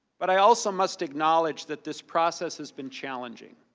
but i also must acknowledge that this process has been challenging.